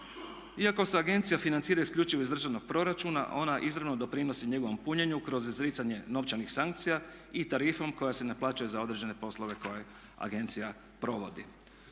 Iako se agencija financira isključivo iz državnog proračuna ona izravno doprinosi njegovom punjenju kroz izricanje novčanih sankcija i tarifom koja se naplaćuje za određene poslove koje agencija provodi.